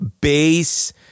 base